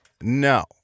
No